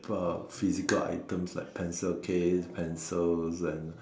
about physical items like pencil case pencils and